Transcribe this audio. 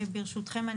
וברשותכם,